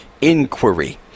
inquiry